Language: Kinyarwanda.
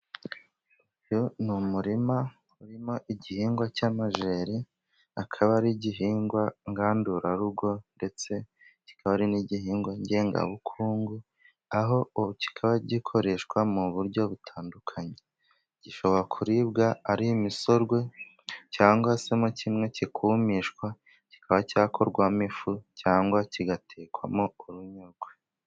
Uyu ni umurima urimo igihingwa cy'amajeri akaba ari igihingwa ngandurarugo ndetse kikaba ari n'igihingwa ngengabukungu. Aho kikaba gikoreshwa mu buryo butandukanye gishobora kuribwa ari imisogwe cyangwa se mo kimwe kikumishwa kikaba cyakorwamo ifu cyangwa kigatekwamo urunyogwe.